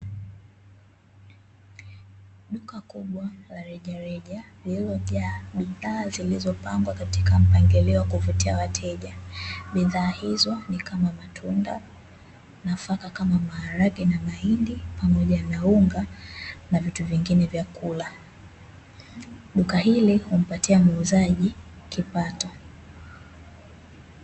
Duka kubwa la rejareja, lililojaa bidhaa zilizopangwa katika mpangilio wa kuvutia wateja. Bidhaa hizo ni kama matunda, nafaka kama maharage na mahindi, pamoja na unga na vitu vingine vya kula. Duka hili humpatia muuzaji kipato.